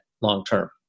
long-term